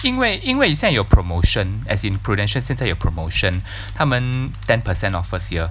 因为因为现在有 promotion as in Prudential 现在有 promotion 他们 ten percent of first year